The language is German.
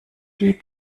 die